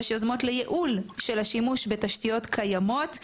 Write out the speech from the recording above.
יש יוזמות לייעול השימוש בתשתיות קיימות.